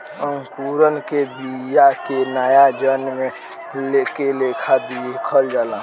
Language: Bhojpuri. अंकुरण के बिया के नया जन्म के लेखा देखल जाला